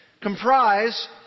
comprise